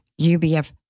UBF